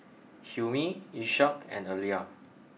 Hilmi Ishak and Alya